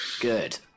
good